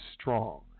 strong